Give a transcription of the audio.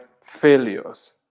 failures